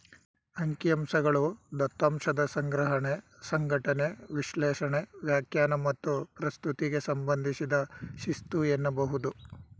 ಅಂಕಿಅಂಶಗಳು ದತ್ತಾಂಶದ ಸಂಗ್ರಹಣೆ, ಸಂಘಟನೆ, ವಿಶ್ಲೇಷಣೆ, ವ್ಯಾಖ್ಯಾನ ಮತ್ತು ಪ್ರಸ್ತುತಿಗೆ ಸಂಬಂಧಿಸಿದ ಶಿಸ್ತು ಎನ್ನಬಹುದು